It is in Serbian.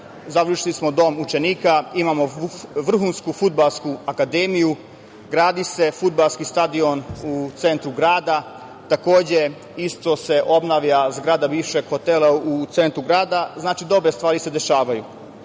završili smo dom učenika, imamo vrhunsku fudbalsku akademiju, gradi se fudbalski stadion u centru grada. Takođe, isto se obnavlja zgrada više hotela u centru grada. Znači, dobre stvari se dešavaju.Međutim,